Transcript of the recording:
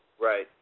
Right